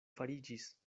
fariĝis